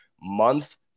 month